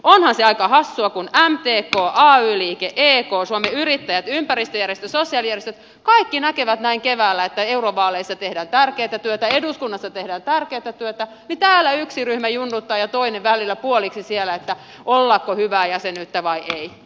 onhan se aika hassua että kun mtk ay liike ek suomen yrittäjät ympäristöjärjestöt sosiaalijärjestöt kaikki näkevät näin keväällä että eurovaaleissa tehdään tärkeätä työtä eduskunnassa tehdään tärkeätä työtä niin täällä yksi ryhmä jurnuttaa ja toinen välillä puoliksi että ollako hyvää jäsenyyttä vai ei